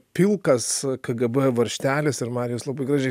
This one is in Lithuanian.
pilkas kgb varžtelis ir marijus labai gražiai